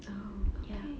oh okay